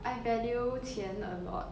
I value 钱 a lot